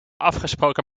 afgesproken